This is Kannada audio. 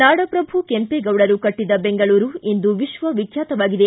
ನಾಡಪ್ರಭು ಕೆಂಪೇಗೌಡರು ಕಟ್ಟದ ಬೆಂಗಳೂರು ಇಂದು ವಿಶ್ವವಿಖ್ಯಾತವಾಗಿದೆ